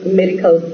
medical